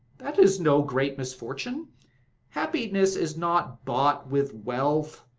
that is no great misfortune happiness is not bought with wealth.